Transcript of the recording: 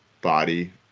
body